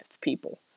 people